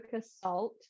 salt